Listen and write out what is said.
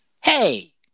Hey